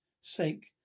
sake